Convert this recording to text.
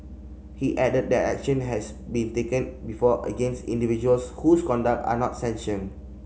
he added that action has been taken before against individuals whose conduct are not sanctioned